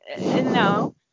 No